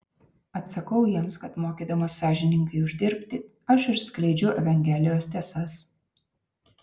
atsakau jiems kad mokydamas sąžiningai uždirbti aš ir skleidžiu evangelijos tiesas